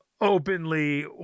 openly